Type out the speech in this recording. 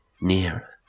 nearer